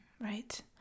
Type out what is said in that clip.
Right